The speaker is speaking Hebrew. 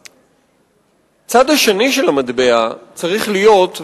הצד השני של המטבע צריך להיות,